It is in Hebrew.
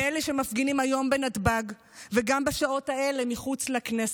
ואלה המפגינים היום בנתב"ג וגם בשעות אלה מחוץ לכנסת: